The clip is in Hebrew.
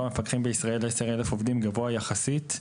המפקחים בישראל ל-10,000 עובדים גבוה יחסית,